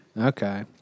Okay